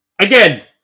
Again